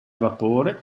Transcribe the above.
vapore